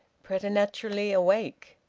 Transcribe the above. preternaturally awake.